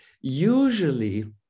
usually